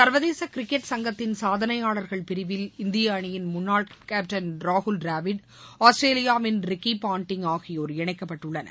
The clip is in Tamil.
சர்வதேச கிரிக்கெட் சங்கத்தின் சாதனையாளர்கள் பிரிவில் இந்திய அணியின் முன்னாள் கேட்டன் ராகுல் டிராவிட் ஆஸ்திரேலியாவின் ரிக்கி பாண்டிங் ஆகியோர் இணைக்கப்பட்டுள்ளனர்